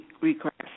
request